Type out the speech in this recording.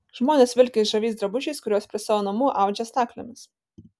žmonės vilki žaviais drabužiais kuriuos prie savo namų audžia staklėmis